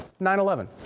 9-11